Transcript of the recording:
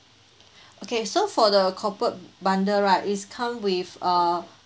okay so for the corporate bundle right is come with a